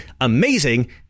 amazing